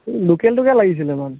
লোকেলটোকে লাগিছিলে মানে